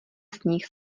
sníh